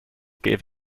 gave